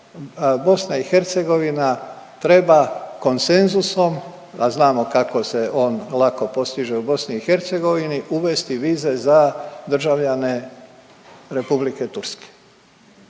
to reći BiH treba konsenzusom, a znamo kako se on lako postiže u BiH uvesti vize za državljane Republike Turske